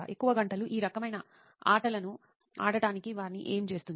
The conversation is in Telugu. ఎక్కువ గంటలు ఈ రకమైన ఆటలను ఆడటానికి వారిని ఏమి చేస్తుంది